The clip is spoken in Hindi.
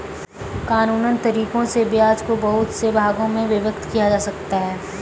कानूनन तरीकों से ब्याज को बहुत से भागों में विभक्त किया जा सकता है